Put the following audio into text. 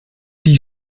die